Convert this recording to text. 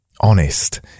honest